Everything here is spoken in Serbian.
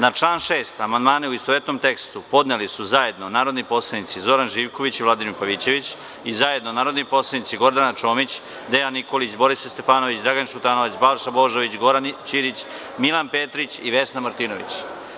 Na član 6. amandmane u istovetnom tekstu podneli su zajedno narodni poslanici Zoran Živković i Vladimir Pavićević i zajedno narodni poslanici Gordana Čomić, Dejan Nikolić, Borislav Stefanović, Dragan Šutanovac, Balša Božović, Goran Ćirić, Milan Petrić i Vesna Martinović.